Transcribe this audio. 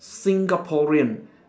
Singaporean